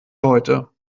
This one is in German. heute